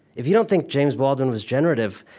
if you don't think james baldwin was generative,